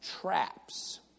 traps